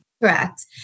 Correct